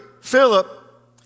Philip